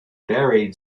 buried